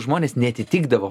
žmonės neatitikdavo